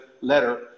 letter